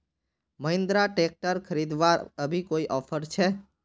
Mahindra tractor खरीदवार अभी कोई ऑफर छे?